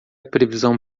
previsão